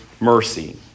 mercy